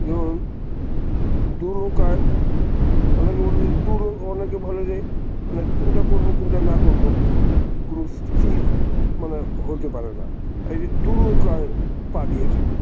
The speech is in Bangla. যেমন দুু নৌকায় অনেকে বলে যে দুুনো অনেকে বলে যে মানে কোনটা করবো কোনটা না করবো কোনো স্থির মানে হতে পারে না এই যে দুুনো কয়ে পা দিয়ে থাকে